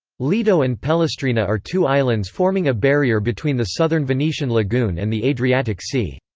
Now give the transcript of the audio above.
lido and pellestrina are two islands forming a barrier between the southern venetian lagoon and the adriatic sea.